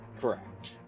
Correct